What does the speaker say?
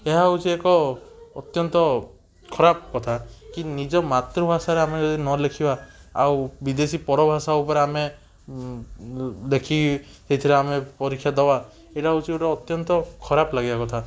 ଏହା ହେଉଛି ଏକ ଅତ୍ୟନ୍ତ ଖରାପ କଥା କି ନିଜ ମାତୃଭାଷାରେ ଆମେ ଯଦି ନଲେଖିବା ଆଉ ବିଦେଶୀ ପରଭାଷା ଉପରେ ଆମେ ଦେଖି ସେହିଥିରେ ଆମେ ପରୀକ୍ଷା ଦେବା ସେଇଟା ହେଉଛି ଗୋଟେ ଅତ୍ୟନ୍ତ ଖରାପ ଲାଗିବା କଥା